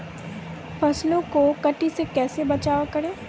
फसलों को कीट से कैसे बचाव करें?